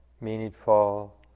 meaningful